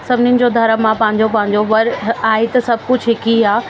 सभिनीनि जो धर्म आहे पंहिंजो पंहिंजो पर आहे त सभु कुझु हिकु ई आहे